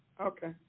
Okay